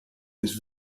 this